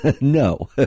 No